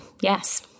yes